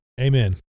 Amen